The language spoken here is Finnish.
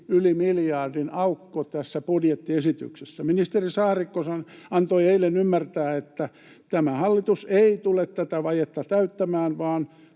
yli miljardin aukko tässä budjettiesityksessä. Ministeri Saarikko antoi eilen ymmärtää, että tämä hallitus ei tule tätä vajetta täyttämään